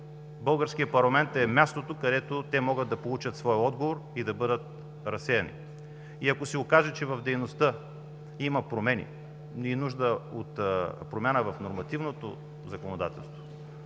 Българският парламент е мястото, където те могат да получат своя отговор и да бъдат разсеяни. И, ако се окаже, че в дейността има промени и ни е нужна промяна в нормативното законодателство,